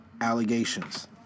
allegations